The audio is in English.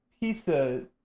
pizza